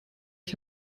ich